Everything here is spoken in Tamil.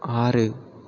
ஆறு